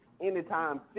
anytime